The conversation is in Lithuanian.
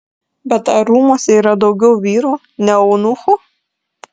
bet ar rūmuose yra daugiau vyrų ne eunuchų